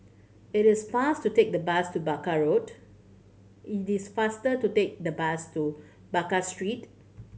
it is faster to take the bus to Baker Road it is faster to take the bus to Baker Street